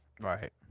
Right